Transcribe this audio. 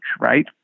right